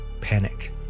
panic